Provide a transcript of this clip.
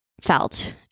felt